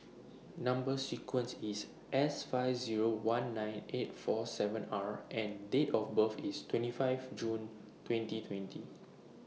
Number sequence IS S five Zero one nine eight four seven R and Date of birth IS twenty five June twenty twenty